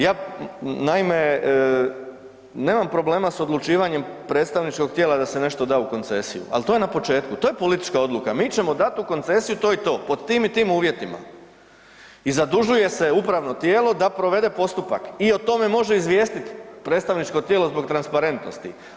Ja naime nemam problema s odlučivanjem predstavničkog tijela da se nešto da u koncesiju, al to je na početku, to je politička odluka, mi ćemo dat u koncesiju to i to pod tim i tim uvjetima i zadužuje se upravno tijelo da provede postupak i o tome može izvijestit predstavničko tijelo zbog transparentnosti.